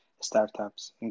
startups